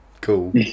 Cool